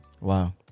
Wow